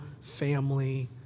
family